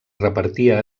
repartia